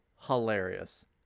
hilarious